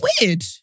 weird